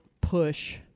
push